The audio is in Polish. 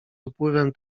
upływem